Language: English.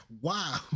wow